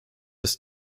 ist